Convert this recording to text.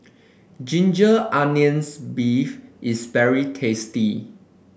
Ginger Onions beef is very tasty